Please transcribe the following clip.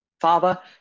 father